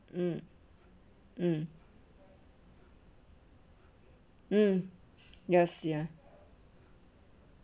mm mm mm yes ya